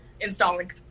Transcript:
installing